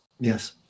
Yes